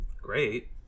great